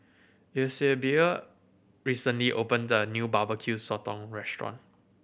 Eusebio recently opened a new Barbecue Sotong restaurant